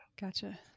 Gotcha